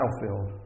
battlefield